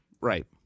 Right